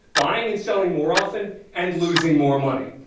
buying and selling more often and losing more money.